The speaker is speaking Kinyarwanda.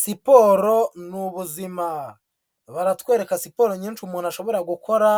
Siporo ni ubuzima, baratwereka siporo nyinshi umuntu ashobora gukora